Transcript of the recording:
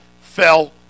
fell